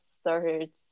started